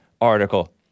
article